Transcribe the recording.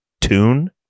tune